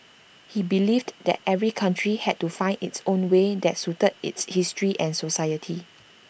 he believed that every country had to find its own way that suited its history and society